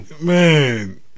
Man